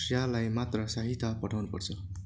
श्रेयालाई मात्र सहायता पठाउनु पर्छ